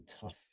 tough